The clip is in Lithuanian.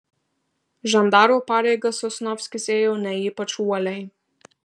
žandaro pareigas sosnovskis ėjo ne ypač uoliai